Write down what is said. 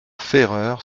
ferreur